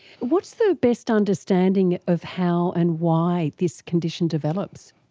what's the best understanding of how and why this condition develops?